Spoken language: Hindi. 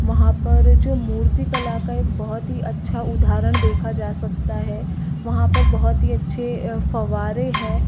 वहाँ पर जो मूर्तिकला का एक बहुत ही अच्छा उदाहरण देखा जा सकता है वहाँ पर बहुत ही अच्छे फव्वारे हैं